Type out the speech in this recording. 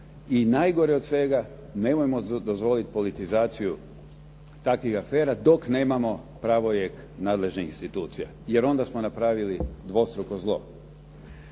I najgore od svega, nemojmo dozvoliti politizaciju takvih afera dok nemamo pravorijek nadležnih institucija, jer onda smo napravili dvostruko zlo.